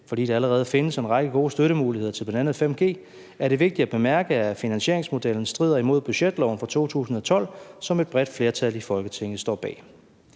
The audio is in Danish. fordi der allerede findes en række gode støttemuligheder til bl.a. 5G, er det vigtigt at bemærke, at finansieringsmodellen strider imod budgetloven fra 2012, som et bredt flertal i Folketinget står bag.